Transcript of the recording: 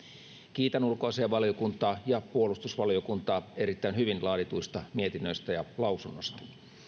kiitän ulkoasiainvaliokuntaa ja puolustusvaliokuntaa erittäin hyvin laadituista mietinnöstä ja lausunnosta